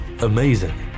amazing